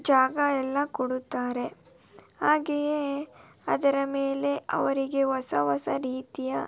ಜಾಗ ಎಲ್ಲ ಕೊಡುತ್ತಾರೆ ಹಾಗೆಯೇ ಅದರ ಮೇಲೆ ಅವರಿಗೆ ಹೊಸ ಹೊಸ ರೀತಿಯ